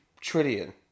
trillion